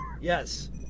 Yes